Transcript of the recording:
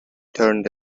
turned